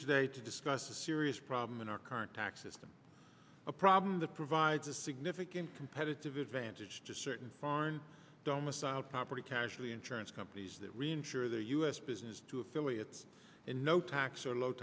today to discuss a serious problem in our current tax system a problem the provides a significant competitive advantage to certain foreign domo style property casualty insurance companies that reinsure their us business to affiliates and no tax or low